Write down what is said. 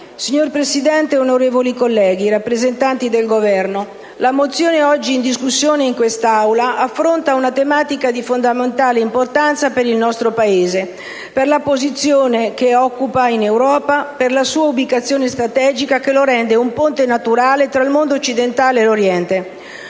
mozione n. 37. Onorevoli colleghi, rappresentanti del Governo, la mozione oggi in discussione in quest'Aula affronta una tematica di fondamentale importanza per il nostro Paese, per la posizione che occupa in Europa e per la sua ubicazione strategica, che lo rende un ponte naturale tra il mondo occidentale e quello